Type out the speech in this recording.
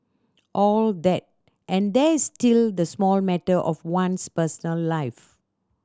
all that and there's still the small matter of one's personal life